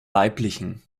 weiblichen